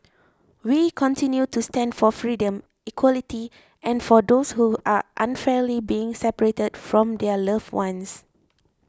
we continue to stand for freedom equality and for those who are unfairly being separated from their loved ones